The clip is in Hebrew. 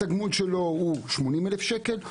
התגמול שלו הוא 80,000 שקלים,